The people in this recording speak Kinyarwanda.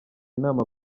inama